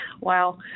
Wow